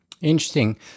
Interesting